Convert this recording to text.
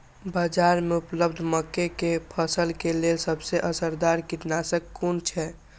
बाज़ार में उपलब्ध मके के फसल के लेल सबसे असरदार कीटनाशक कुन छै?